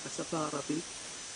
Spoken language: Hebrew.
בשפה הערבית,